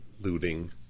looting